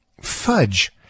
fudge